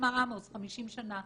50 שנה.